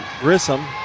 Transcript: Grissom